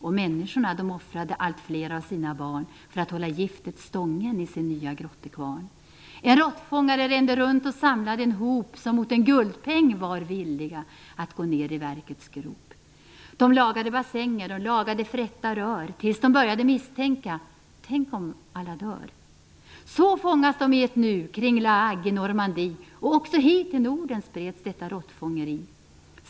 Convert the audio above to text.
Och mänskorna de offrade allt fler av sina barn, för att hålla giftet stången i sin nya grottekvarn. En råttfångare rände runt och samlade en hop, som mot en guldpeng vara villig att gå ner i verkets grop. De lagade bassänger, de lagade frätta rör, tills de började misstänka: "Tänk om alla dör?" Så fångas de i ett nu kring la Hague i Normandie och också hit till Norden spreds detta råttfångeri.